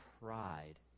pride